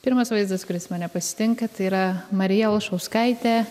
pirmas vaizdas kuris mane pasitinka tai yra marija olšauskaitė